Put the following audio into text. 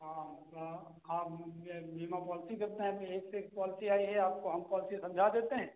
हम हम ये बीमा पॉलिसी करते हैं तो एक से एक पॉलिसी आई है आपको हम पॉलिसी समझा देते हैं